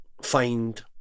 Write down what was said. find